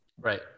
Right